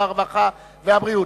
הרווחה והבריאות,